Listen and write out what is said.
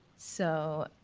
so,